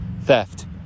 theft